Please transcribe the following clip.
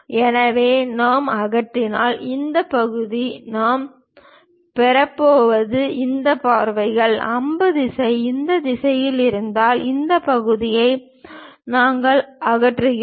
எனவே நாம் அகற்றினால் இந்த பகுதி நாம் பெறப்போவது இந்த பார்வைகள் அம்பு திசை இந்த திசையில் இருப்பதால் இந்த பகுதியை நாங்கள் அகற்றுகிறோம்